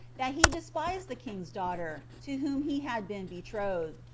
that he despised the king's daughter, to whom he had been betrothed,